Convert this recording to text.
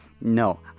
No